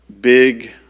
big